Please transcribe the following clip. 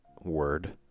word